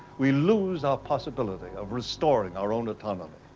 we lose our possibility of restoring our own autonomy,